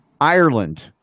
ireland